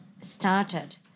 started